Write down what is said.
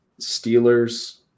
Steelers